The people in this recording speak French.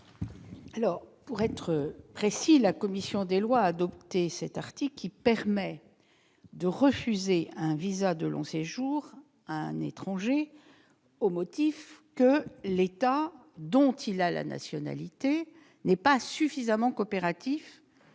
du Gouvernement ? La commission des lois a adopté cet article qui permet de refuser un visa de long séjour à un étranger au motif que l'État dont ce dernier a la nationalité n'est pas suffisamment coopératif